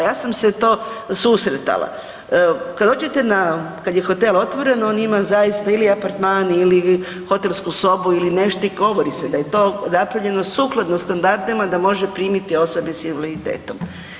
Ja sam se to susretala, kad dođete na, kad je hotel otvoren on ima zaista ili apartman ili hotelsku sobu ili nešto i govori se da je napravljeno sukladno standardima da može primiti osobe s invaliditetom.